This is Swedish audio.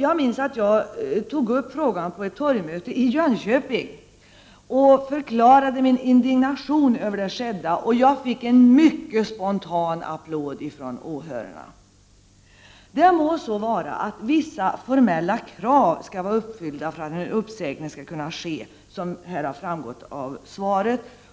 Jag minns att jag tog upp den här frågan på ett torgmöte i Jönköping och förklarade min indignation över det skedda, och då fick jag en mycket spontan applåd från åhörarna. Det må vara att vissa formella krav skall vara uppfyllda för att en uppsägning skall kunna ske